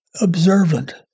observant